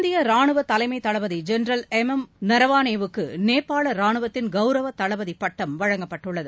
இந்திய ராணுவ தலைமை தளபதி ஜென்ரல் எம் எம் நரவானேவுக்கு நேபாள ராணுவத்தின் கவுரவ தளபதி பட்டம் வழங்கப்பட்டுள்ளது